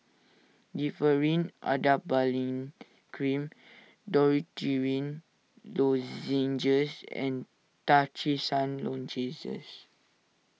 Differin Adapalene Cream Dorithricin Lozenges and Trachisan Lozenges